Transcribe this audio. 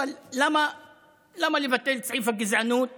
אבל למה לבטל את סעיף הגזענות